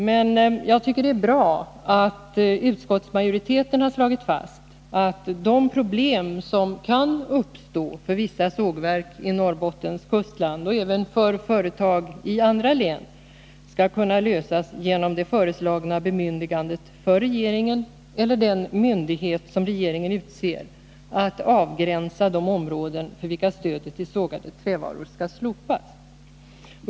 Men jag tycker det är bra att utskottsmajoriteten har slagit fast att de problem som kan uppstå för vissa sågverk i Norrbottens kustland och även för företag i andra län skall kunna lösas genom det föreslagna bemyndigandet för regeringen — eller den myndighet som regeringen utser — att avgränsa de områden för vilka stödet till sågade trävaror skall slopas.